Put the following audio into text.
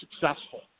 successful